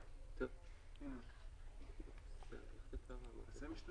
2. תיקון תקנה 85 בתקנה 85 לתקנות העיקריות בתקנת משנה